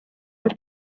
the